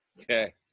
Okay